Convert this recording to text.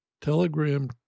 Telegram